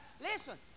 Listen